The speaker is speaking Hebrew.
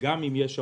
גם אם יש ערבות.